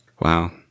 Wow